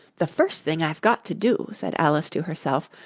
the first thing i've got to do said alice to herself,